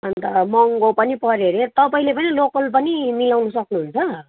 अन्त महँगो पनि पऱ्यो अरे तपाईँले पनि लोकल पनि मिलाउन सक्नुहुन्छ